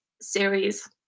series